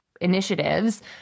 initiatives